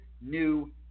new